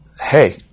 hey